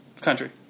Country